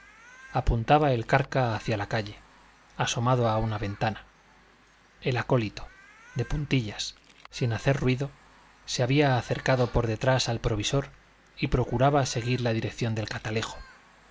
apuntaba el carca hacia la calle asomado a una ventana el acólito de puntillas sin hacer ruido se había acercado por detrás al provisor y procuraba seguir la dirección del catalejo